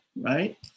right